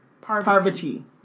Parvati